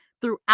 throughout